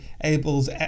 Abel's